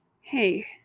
hey